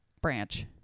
branch